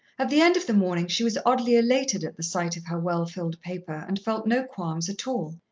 at the end of the morning she was oddly elated, at the sight of her well-filled paper, and felt no qualms at all.